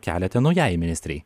keliate naujajai ministrei